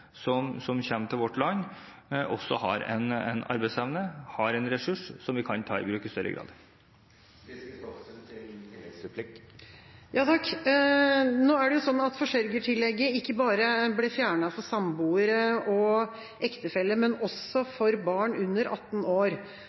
som kommer til vårt land, også har en arbeidsevne og en ressurs som vi kan ta i bruk i større grad. Nå er det sånn at forsørgertillegget ikke bare blir fjernet for samboere og ektefeller, men også for barn under 18 år. Jeg lurer på: Er det et nytt prinsipp i norsk velferdspolitikk at barn under 18 år